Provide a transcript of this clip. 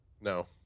No